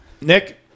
Nick